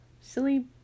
Silly